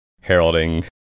heralding